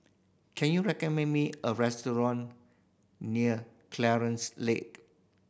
can you recommend me a restaurant near Clarence Lead